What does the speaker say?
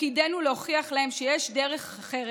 תפקידינו להוכיח להם שיש דרך אחרת,